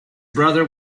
brother